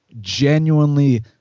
genuinely